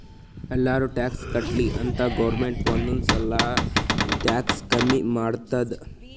ಎಲ್ಲಾರೂ ಟ್ಯಾಕ್ಸ್ ಕಟ್ಲಿ ಅಂತ್ ಗೌರ್ಮೆಂಟ್ ಒಂದ್ ಒಂದ್ ಸಲಾ ಟ್ಯಾಕ್ಸ್ ಕಮ್ಮಿ ಮಾಡ್ತುದ್